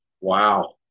Wow